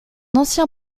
ancien